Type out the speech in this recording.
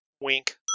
Wink